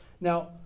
Now